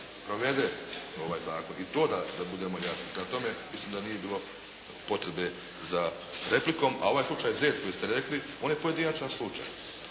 provede ovaj zakon, i to da budemo jasni. Prema tome, mislim da nije bilo potrebe za replikom. A ovaj slučaj Zec koji ste rekli on je pojedinačan slučaj